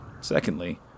Secondly